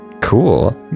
Cool